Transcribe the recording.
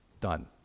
Done